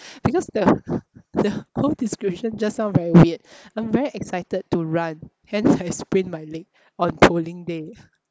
because the the whole description just sound very weird I'm very excited to run hence I sprained my leg on polling day